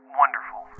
wonderful